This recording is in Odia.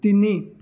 ତିନି